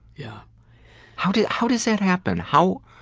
yeah how does how does that happen? how,